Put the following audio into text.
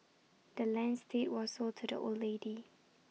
the land's deed was sold to the old lady